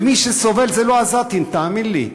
ומי שסובלים אלה לא עזתים, תאמין לי.